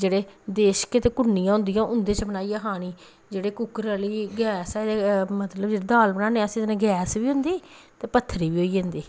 जेह्ड़े देजके ते कुन्नियां होंदियां उं'दे च खानी जेह्ड़ी कुक्करा आह्ली गैस ऐ मतलब जेह्ड़ा दाल बनान्ने अस एह्दै नै गैस बी होंदी ते पत्थरी बी होई जंदी